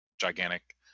gigantic